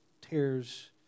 tears